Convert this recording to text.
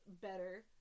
better